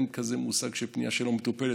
אין מושג כזה של פנייה שלא מטופלת.